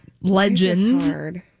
Legend